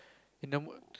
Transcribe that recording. the number